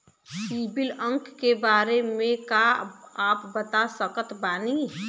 CIBIL अंक के बारे मे का आप बता सकत बानी?